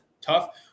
tough